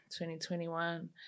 2021